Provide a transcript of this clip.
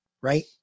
right